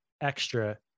extra